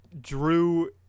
Drew